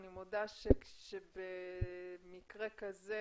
אני מודה שבמקרה כזה,